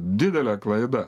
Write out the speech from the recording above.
didelė klaida